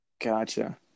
Gotcha